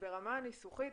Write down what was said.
ברמה הניסוחית,